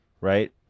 right